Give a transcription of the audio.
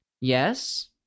Yes